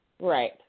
Right